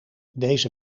deze